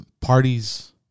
parties